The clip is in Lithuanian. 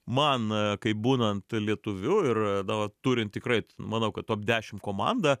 man kaip būnant lietuviu ir na va turint tikrai manau kad top dešim komandą